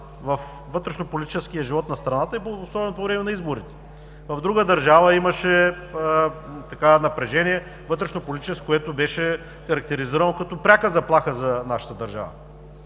вътрешнополитическия живот на страната и основно по време на изборите. В друга държава имаше напрежение, вътрешнополитическо, което беше характеризирано като пряка заплаха за нашата държава.